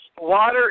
water